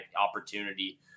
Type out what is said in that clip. opportunity